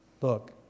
Look